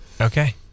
okay